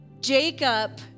Jacob